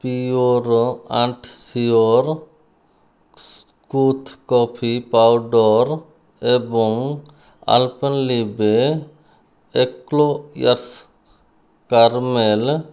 pure and sure ସ୍କୃଥ୍ coffee powder ଏବଂ Alpenliebe eclairs caramel